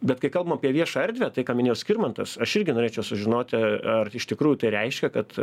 bet kai kalbam apie viešą erdvę tai ką minėjo skirmantas aš irgi norėčiau sužinoti a ar iš tikrųjų tai reiškia kad